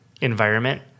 environment